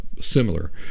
similar